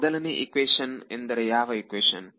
ಮೊದಲನೇ ಇಕ್ವೇಶನ್ ಎಂದರೆ ಯಾವ ಈಕ್ವೇಶನ್